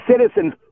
citizens